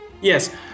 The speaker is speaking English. yes